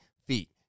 feet